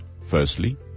Firstly